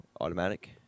automatic